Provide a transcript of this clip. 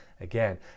again